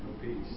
Peace